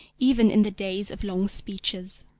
even in the days of long speeches.